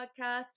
Podcast